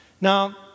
Now